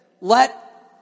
Let